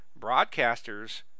broadcasters